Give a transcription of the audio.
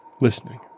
listening